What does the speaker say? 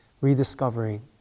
rediscovering